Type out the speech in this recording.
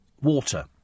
water